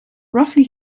roughly